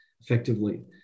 effectively